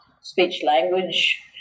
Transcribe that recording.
speech-language